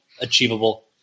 achievable